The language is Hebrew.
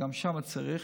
גם שם צריך.